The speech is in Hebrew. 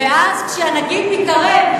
ואז כשהנגיד מתערב,